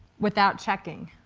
without checking.